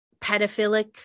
pedophilic